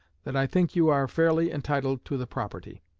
that i think you are fairly entitled to the property